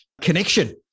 connection